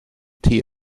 tee